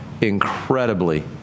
incredibly